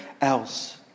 else